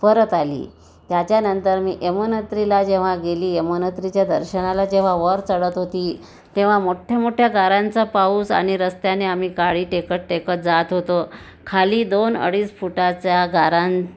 परत आली त्याच्यानंतर मी यमनोत्रीला जेव्हा गेली यमनोत्रीच्या दर्शनाला जेव्हा वर चढत होती तेव्हा मोठ्ठ्या मोठ्ठ्या गारांचा पाऊस आणि रस्त्याने आम्ही काठी टेकत टेकत जात होतो खाली दोन अडीच फुटाचा गारांचा